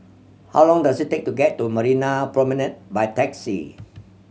how long does it take to get to Marina Promenade by taxi